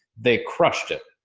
they crushed it.